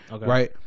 right